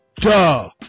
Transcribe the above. duh